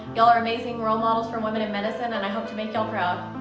y'all are amazing role models for women in medicine, and i hope to make y'all proud.